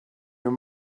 your